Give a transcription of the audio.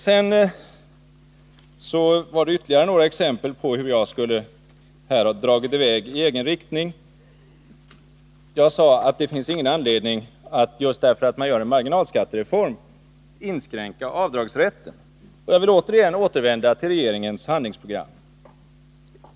Sedan anförde Kjell-Olof Feldt ytterligare några exempel på hur jag skulle ha dragit i väg i egen riktning. Jag sade att det inte finns någon anledning att just därför att man genomför en marginalskattereform inskränka avdragsrätten. Jag vill återvända till regeringens handlingsprogram.